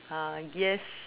uh yes